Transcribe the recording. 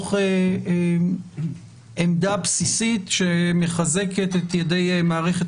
מתוך עמדה בסיסית שמחזקת את ידי מערכת